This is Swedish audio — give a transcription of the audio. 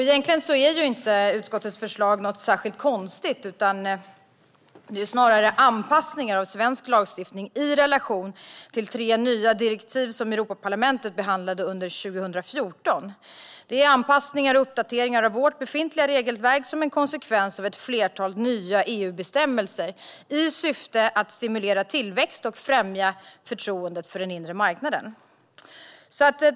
Egentligen är inte utskottets förslag något särskilt konstigt, utan det är snarare anpassningar av svensk lagstiftning i relation till tre nya direktiv som Europaparlamentet behandlade under 2014. Det är anpassningar och uppdateringar av vårt befintliga regelverk som en konsekvens av ett flertal nya EU-bestämmelser i syfte att stimulera tillväxt och främja förtroendet för den inre marknaden.